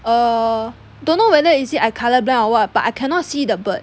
err don't know whether is it I colour-blind or what but I cannot see the bird